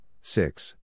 six